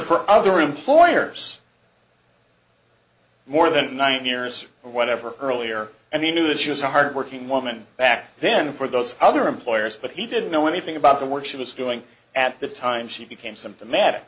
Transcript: for other employers more than nine years or whatever earlier and he knew that she was a hard working woman back then for those other employers but he didn't know anything about the work she was doing at the time she became symptomatic